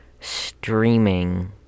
streaming